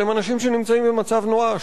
אבל הם אנשים שנמצאים במצב נואש.